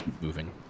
moving